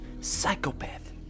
psychopath